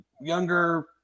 younger